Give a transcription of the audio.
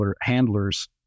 handlers